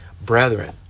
Brethren